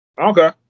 Okay